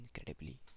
incredibly